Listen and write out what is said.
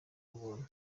ubuntu